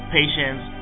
patience